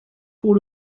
pour